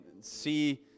see